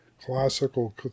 classical